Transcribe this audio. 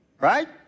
Right